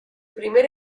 primer